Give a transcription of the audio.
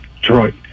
Detroit